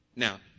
Now